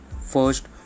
First